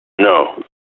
No